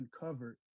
uncovered